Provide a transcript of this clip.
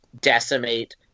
Decimate